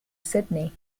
sydney